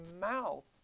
mouth